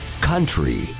Country